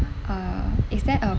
uh is that a